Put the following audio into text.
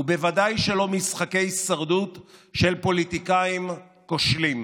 ובוודאי שלא משחקי הישרדות של פוליטיקאים כושלים.